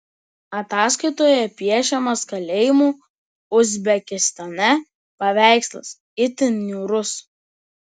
ataskaitoje piešiamas kalėjimų uzbekistane paveikslas itin niūrus